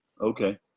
okay